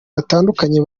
batandukanye